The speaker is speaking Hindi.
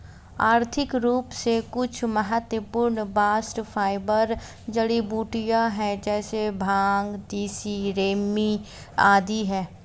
आर्थिक रूप से कुछ महत्वपूर्ण बास्ट फाइबर जड़ीबूटियां है जैसे भांग, तिसी, रेमी आदि है